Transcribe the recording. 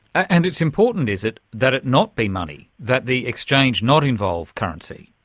and it's important, is it, that it not be money, that the exchange not involve currency?